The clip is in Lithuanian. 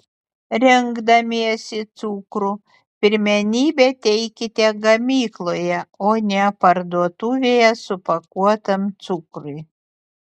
rinkdamiesi cukrų pirmenybę teikite gamykloje o ne parduotuvėje supakuotam cukrui